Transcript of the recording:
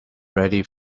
ready